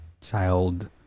child